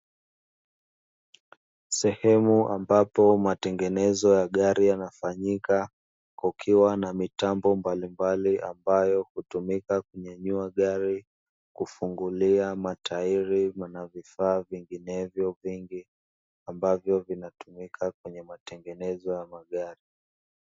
Sehemu ambapo matengenezo ya gari yanafanyika kukiwa na mitambo mbalimbali, ambayo hutumika kunyanyua gari kufungulia matairi, na vifaa vinginevyo vingi ambavyo vinatumika kwenye matengenezo ya magari.